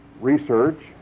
research